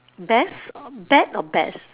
best bet or best